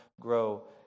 grow